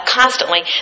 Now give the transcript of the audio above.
constantly